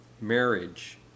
marriage